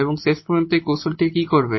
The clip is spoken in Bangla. এবং শেষ পর্যন্ত এই কৌশলটি কী করবে